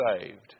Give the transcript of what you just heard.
saved